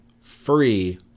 free